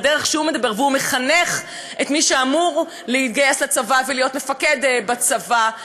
בדרך שהוא מדבר והוא מחנך את מי שאמור להתגייס לצבא ולהיות מפקד בצבא,